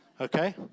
Okay